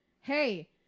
hey